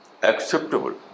Acceptable